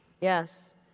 Yes